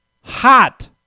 Hot